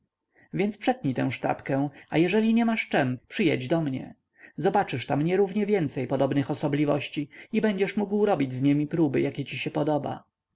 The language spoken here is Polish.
więc przetnij tę sztabkę a jeżeli nie masz czem przyjedź do mnie zobaczysz tam nierównie więcej podobnych osobliwości i będziesz mógł robić z niemi próby jakie ci się podoba